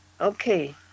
Okay